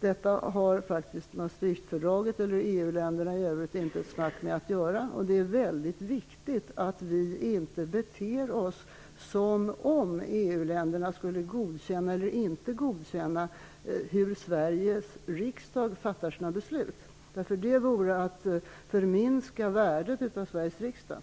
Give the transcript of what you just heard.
Detta har vare sig med Maastrichtfördraget eller med EU-länderna i övrigt att göra. Det är dessutom väldigt viktigt att vi i Sverige inte beter oss som om EU-länderna skulle ha rätt att godkänna eller inte godkänna hur Sveriges riksdag fattar sina beslut. Det vore att förminska värdet av Sveriges riksdag.